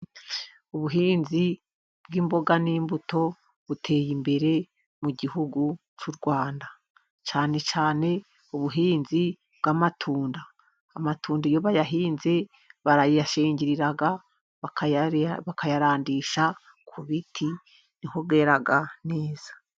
Ubuhinzi bw’imboga n’imbuto buteye imbere mu gihugu cy’u Rwanda, cyane cyane ubuhinzi bw’amatunda. Amatunda, iyo bayahinze, barayashingirira bakayarandisha ku biti, ni ho yera neza.